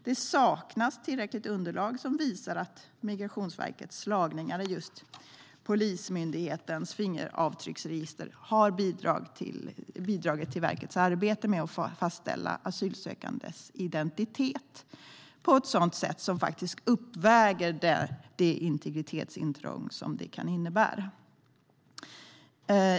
Det saknas tillräckligt underlag som visar att Migrationsverkets slagningar i just Polismyndighetens fingeravtrycksregister har bidragit till verkets arbete med att fastställa asylsökandes identitet på ett sådant sätt som faktiskt uppväger det integritetsintrång som det kan innebära.